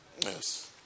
Yes